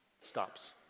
Stops